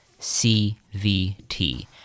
CVT